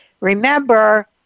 Remember